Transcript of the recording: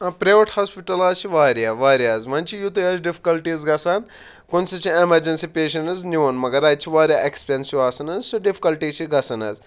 private hospital حظ چھِ واریاہ واریاہ حظ وۄنۍ چھُ یُتُے اَسہِ ڈِفکَلٹیٖز گژھان کُنہِ سہِ چھِ اٮ۪مَرجَنسی پیشَنٛٹ حظ نیُن مگر اَتہِ چھِ واریاہ اٮ۪کسپٮ۪نسِو آسان حظ سُہ ڈِفکَلٹی چھِ گژھان حظ